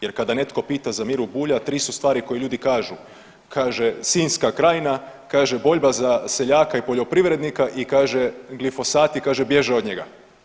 Jer kada netko pita za Miru Bulja tri su stvari koje ljudi kažu, kaže Sinjska krajina, kaže borba za seljaka i poljoprivrednika i kaže glifosati kaže bježe od njega.